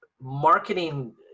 marketing